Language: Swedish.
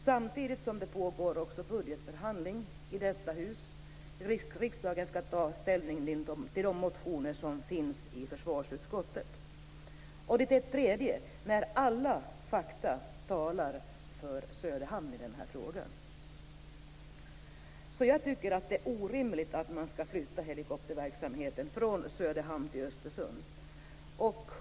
Samtidigt pågår det budgetförhandling i detta hus där riksdagen skall ta ställning till de motioner som behandlas i försvarsutskottet. Dessutom talar alla fakta för Söderhamn i den här frågan. Jag tycker att det är orimligt att flytta helikopterverksamheten från Söderhamn till Östersund.